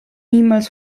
niemals